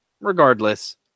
regardless